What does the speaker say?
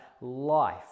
life